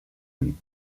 ann